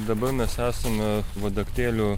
dabar mes esame vadaktėlių